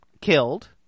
killed